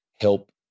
help